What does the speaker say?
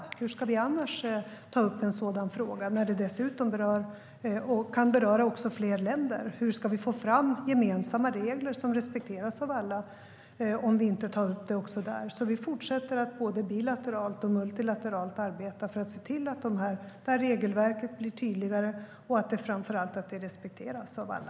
Hur ska vi annars ta upp en sådan fråga som dessutom kan beröra fler länder? Hur ska vi få fram gemensamma regler som respekteras av alla om vi inte tar upp det också där? Vi fortsätter att både bilateralt och multilateralt arbeta för att se till att regelverket blir tydligare och framför allt att det respekteras av alla.